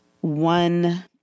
one